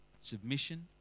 submission